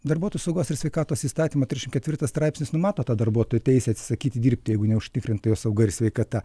darbuotojų saugos ir sveikatos įstatymo trisdešimt ketvirtas straipsnis numato tą darbuotojų teisę atsisakyti dirbti jeigu neužtikrinta jo sauga ir sveikata